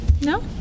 no